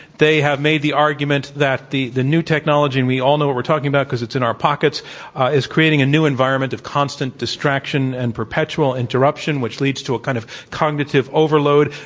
they have made the argument that the the new technology and we all know what we're talking about because it's in our pockets is creating a new environment of constant distraction and perpetual interruption which leads to a kind of cognitive overload,